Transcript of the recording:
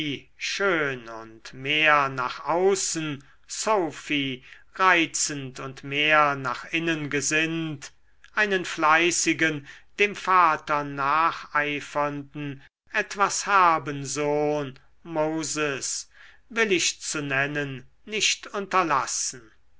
schön und mehr nach außen sophie reizend und mehr nach innen gesinnt einen fleißigen dem vater nacheifernden etwas herben sohn moses will ich zu nennen nicht unterlassen